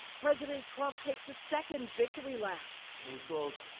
president trump takes a second victory lap who is gold.